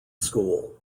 school